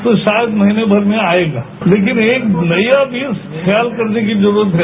तो शायद महीने भर में आएगा लेकिन एक बुराई भी ख्याल करने की जरूरत है